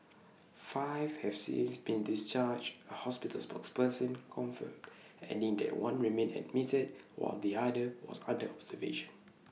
five have since been discharged A hospital spokesperson confirmed adding that one remained admitted while the other was under observation